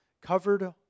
covered